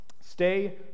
stay